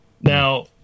Now